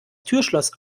türschloss